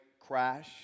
crash